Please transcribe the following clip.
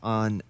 on